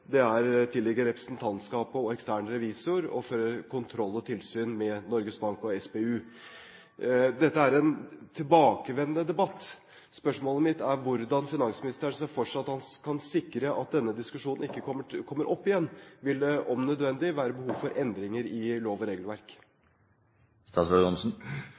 mens det tilligger representantskapet og ekstern revisor å føre kontroll og tilsyn med Norges Bank og SPU. Dette er en tilbakevendende debatt. Spørsmålet mitt er hvordan finansministeren ser for seg at han kan sikre at denne diskusjonen ikke kommer opp igjen. Vil det, om nødvendig, være behov for endringer i lov- og regelverk?